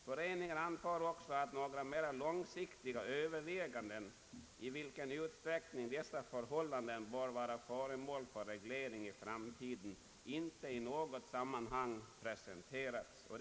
Föreningen anför också att några mer långsiktiga överväganden beträffande i vilken utsträckning dessa förhållanden bör vara föremål för reglering i framtiden inte i något sammanhang presenterats.